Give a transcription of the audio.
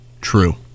True